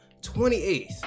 28th